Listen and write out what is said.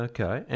Okay